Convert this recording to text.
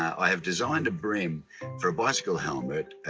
i have designed a brim for a bicycle helmet,